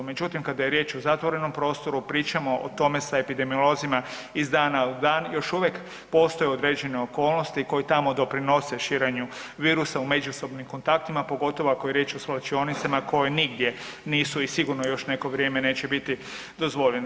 Međutim, kada je riječ o zatvorenom prostoru pričamo o tome sa epidemiolozima iz dana u dan, još uvijek postoje određene okolnosti koji tamo doprinose širenju virusa u međusobnim kontaktima, pogotovo ako je riječ o svlačionicama koje nigdje nisu i sigurno još neko vrijeme neće biti dozvoljene.